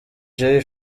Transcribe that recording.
jay